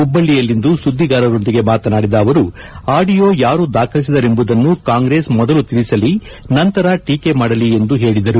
ಹುಬ್ಬಳ್ಳಿಯಲ್ಲಿಂದು ಸುದ್ದಿಗಾರರೊಂದಿಗೆ ಮಾತನಾಡಿದ ಅವರು ಆಡಿಯೊ ಯಾರು ದಾಖಲಿಸಿದರೆಂಬುದನ್ನು ಕಾಂಗ್ರೆಸ್ ಮೊದಲು ತೆಳಸಲಿ ನಂತರ ಟೀಕೆ ಮಾಡಲಿ ಎಂದು ಹೇಳಿದರು